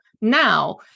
now